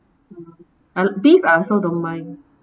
I beef I also don't mind